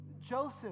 Joseph